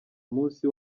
umunsi